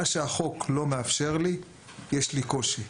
מה שהחוק לא מאפשר לי, יש לי קושי.